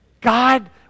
God